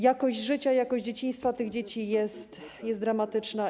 Jakość życia i jakość dzieciństwa tych dzieci są dramatyczne.